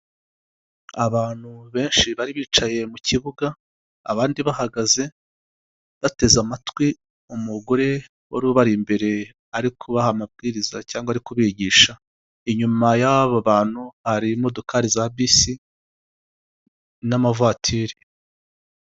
Ameza asize irange ry'umweru kuri ayo meza hateretse indobo ebyiri. Indobo ya mbere irimo amacapati, indobo ya kabiri amandazi, hari n'agasahane kandi hakabaho akantu ku rusenda n'ak'umunyu, hateretse imineke, hateretseho amagi munsi ya meza hari puberi ushobora gushyiramo imyanda, hari n'intebe kandi yumweru, irimo iragaragara, hari n'icyapa cy'umuhanda kirimo kiragaragara hari n'umuntu kandi uri mu muryango waho ngaho ushaka kubakenera ibyo kurya wagana aha hantu bakabikoherereza.